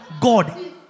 God